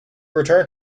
return